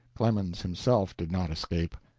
clemens himself did not escape.